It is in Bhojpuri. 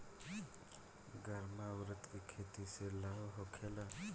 गर्मा उरद के खेती से लाभ होखे ला?